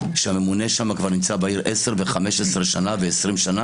שהממונה שם נמצא בעיר כבר 10 ו-20 שנה,